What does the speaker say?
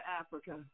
Africa